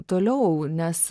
toliau nes